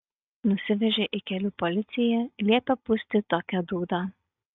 nusivežė į kelių policiją liepė pūsti tokią dūdą